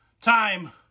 time